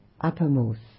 uppermost